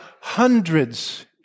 hundreds